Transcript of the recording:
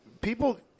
people